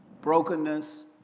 brokenness